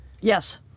Yes